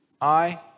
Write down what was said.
I